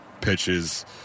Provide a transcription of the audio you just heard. pitches